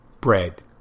Bread